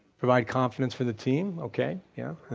provide confidence for the team, okay, yeah.